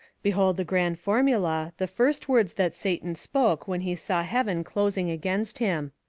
behold the grand formula, the first words that satan spoke when he saw heaven closing against him.